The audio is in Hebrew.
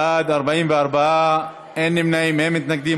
בעד, 44, אין נמנעים, אין מתנגדים.